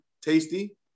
tasty